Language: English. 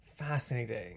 fascinating